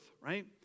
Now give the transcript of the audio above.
right